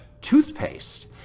toothpaste